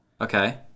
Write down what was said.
okay